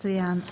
מצוין.